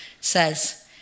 says